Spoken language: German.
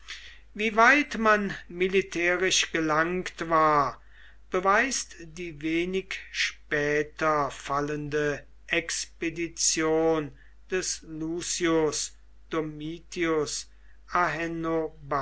wie weit man militärisch gelangt war beweist die wenig später fallende expedition des lucius domitius